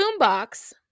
boombox